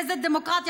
איזה דמוקרטיה?